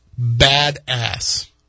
Badass